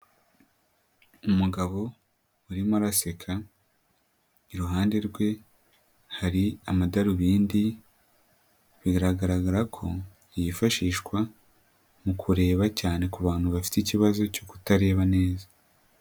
Umugabo urimo araseka, iruhande rwe hari amadarubindi biragaragara ko yifashishwa mu kureba cyane ku bantu bafite ikibazo cyo kutareba neza.